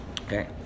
Okay